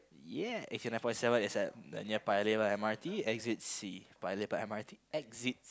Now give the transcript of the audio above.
yeah eighty nine point seven is at near Paya-Lebar M_R_T exit C Paya-Lebar M_R_T exit